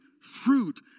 fruit